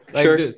Sure